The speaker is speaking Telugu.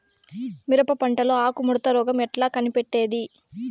మిరప పంటలో ఆకు ముడత రోగం ఎట్లా కనిపెట్టేది?